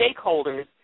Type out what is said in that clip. stakeholders